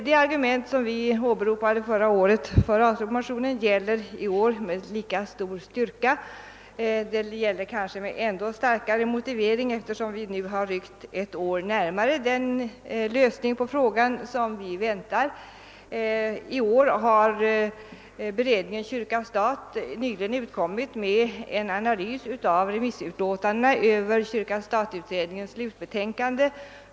De argument som vi åberopade förra året gäller i år med lika stor styrka — ja, argumenteringen är kanske ännu starkare, eftersom vi nu kommit ett år närmare den lösning av frågan som vi väntar på. I år har 1968 års beredning om stat och kyrka utgivit en analys av remissutlåtandena över kyrka—stat-utredningens slutbetänkande.